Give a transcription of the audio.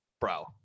bro